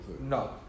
No